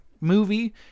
movie